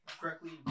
Correctly